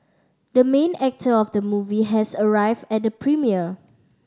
the main actor of the movie has arrived at the premiere